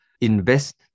Invest